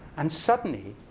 and suddenly,